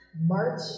march